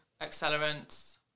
accelerants